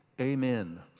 amen